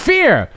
Fear